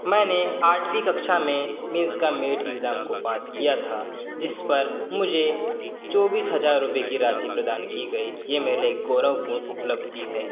मैंने आठवीं कक्षा में मैथ्स के मेट एग्ज़ाम को पास किया था जिस पर मुझे चौबीस हजार रुपये की राशि प्रदान की गई ये मेरी गौरवपूर्ण उपलब्धि है